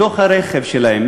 בתוך הרכב שלהם.